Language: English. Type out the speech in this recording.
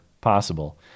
possible